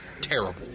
terrible